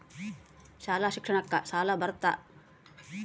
ಶಾಲಾ ಶಿಕ್ಷಣಕ್ಕ ಸಾಲ ಬರುತ್ತಾ?